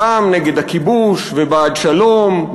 לחם נגד הכיבוש ובעד שלום,